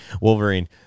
Wolverine